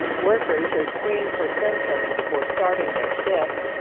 workers are screened for symptoms before starting their shifts.